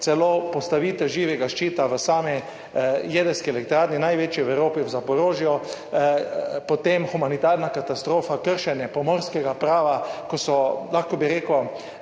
celo postavitev živega ščita v sami jedrski elektrarni, največji v Evropi, v Zaporožju, potem humanitarna katastrofa, kršenje pomorskega prava, ko so lahko bi rekel,